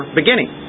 beginning